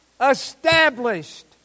established